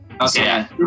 Okay